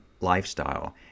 lifestyle